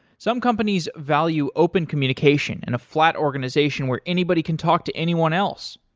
some companies value open communication and a flat organization where anybody can talk to anyone else.